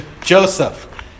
Joseph